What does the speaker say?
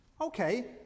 Okay